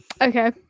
Okay